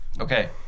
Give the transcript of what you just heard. Okay